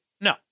No